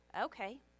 okay